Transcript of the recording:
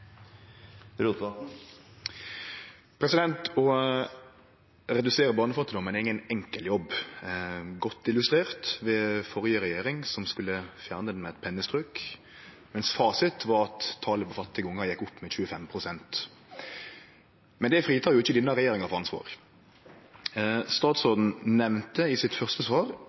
ingen enkel jobb – godt illustrert ved den førre regjeringa som skulle fjerne han med eit pennestrøk, mens fasiten var at talet på fattige ungar gjekk opp med 25 pst. Men det fritek ikkje denne regjeringa for ansvar. Statsråden nemnde i sitt første svar